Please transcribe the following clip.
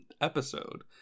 episode